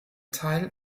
teil